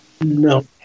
No